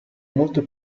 molto